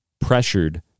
pressured